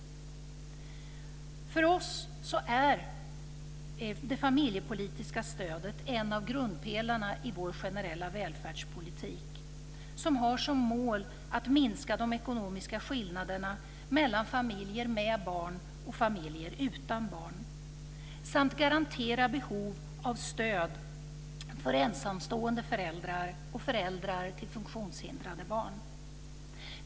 För oss är det familjepolitiska stödet en av grundpelarna i vår generella välfärdspolitik som har som mål att minska de ekonomiska skillnaderna mellan familjer med barn och familjer utan barn samt garantera ett stöd till ensamstående föräldrar och föräldrar till funktionshindrade barn.